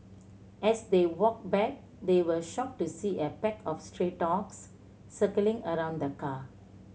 as they walked back they were shocked to see a pack of stray dogs circling around the car